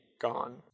gone